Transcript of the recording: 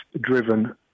driven